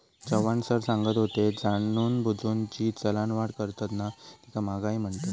Chavan sir सांगत होते, जाणूनबुजून जी चलनवाढ करतत ना तीका महागाई म्हणतत